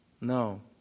No